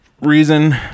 Reason